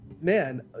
Man